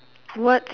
what